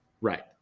Right